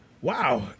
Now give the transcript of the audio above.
wow